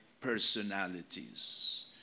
personalities